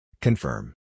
Confirm